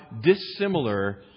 dissimilar